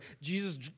Jesus